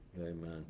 Amen